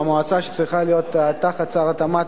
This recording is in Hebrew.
המועצה צריכה להיות תחת שר התמ"ת,